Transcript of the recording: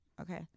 Okay